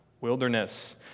wilderness